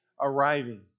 arriving